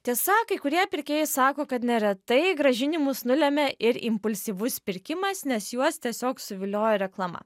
tiesa kai kurie pirkėjai sako kad neretai grąžinimus nulemia ir impulsyvus pirkimas nes juos tiesiog suviliojo reklama